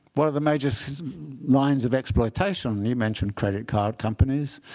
what are the major lines of exploitation? you mention credit card companies.